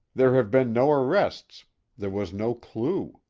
there have been no arrests there was no clew.